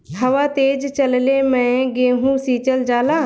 हवा तेज चलले मै गेहू सिचल जाला?